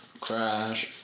Crash